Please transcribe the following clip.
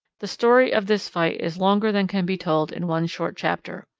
the story of this fight is longer than can be told in one short chapter.